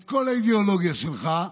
את כל האידיאולוגיה שלך,